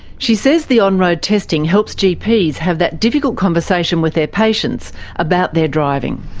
she says the on-road testing helps gps have that difficult conversation with their patients about their driving.